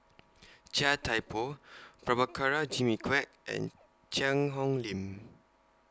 Chia Thye Poh Prabhakara Jimmy Quek and Cheang Hong Lim